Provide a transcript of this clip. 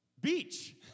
Beach